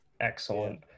Excellent